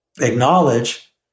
acknowledge